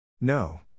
No